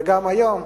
וגם היום,